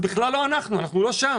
זה בכלל לא אנחנו, אנחנו לא שם,